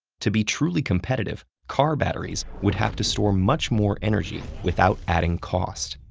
to be truly competitive, car batteries would have to store much more energy without adding cost.